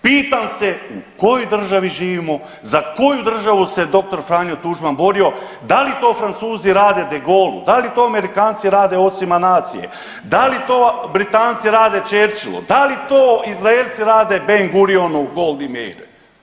Pitam se u kojoj državi živimo, za koju državu se dr. Franjo Tuđman borio, da li to Francuzi rade Degou, da li Amerikanci rade ocima nacije, da li to Britanci rade Čerčilu, da li to Izraelci rade Ben-Gurionu Gold